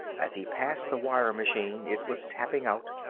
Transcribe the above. as he passed the wire machine it was tapping out,